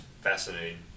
fascinating